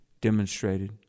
demonstrated